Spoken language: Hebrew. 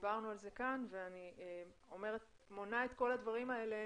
דיברנו על זה כאן ואני מונה את כל הדברים האלה